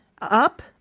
Up